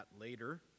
later